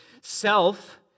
Self